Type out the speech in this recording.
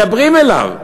מדברים אליו.